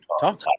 talk